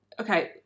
okay –